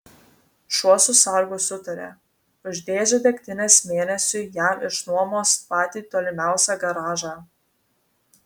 šuo su sargu sutarė už dėžę degtinės mėnesiui jam išnuomos patį tolimiausią garažą